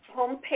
homepage